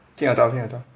听得到听得到